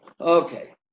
okay